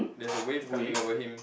there's a wave coming over him